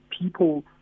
people